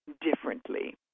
differently